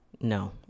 No